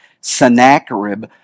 Sennacherib